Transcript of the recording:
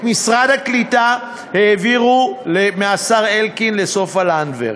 את משרד הקליטה העבירו מהשר אלקין לסופה לנדבר,